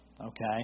Okay